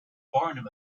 barnum